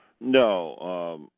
No